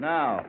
Now